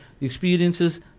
experiences